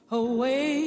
away